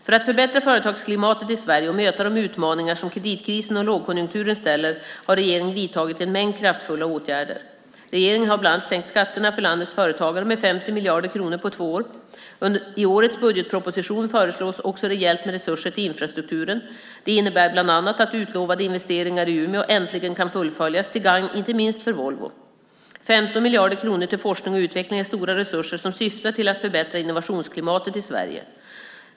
För att förbättra företagsklimatet i Sverige och möta de utmaningar som kreditkrisen och lågkonjunkturen för med sig har regeringen vidtagit en mängd kraftfulla åtgärder. Regeringen har bland annat sänkt skatterna för landets företagare med 50 miljarder kronor på två år. I årets budgetproposition föreslås också rejält med resurser till infrastrukturen. Det innebär bland annat att utlovade investeringar i Umeå äntligen kan fullföljas, till gagn inte minst för Volvo. 15 miljarder kronor till forskning och utveckling är stora resurser som syftar till att förbättra innovationsklimatet i Sverige.